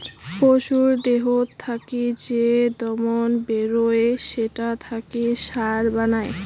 পশুর দেহত থাকি যে দবন বেরুই সেটা থাকি সার বানায়